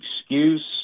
excuse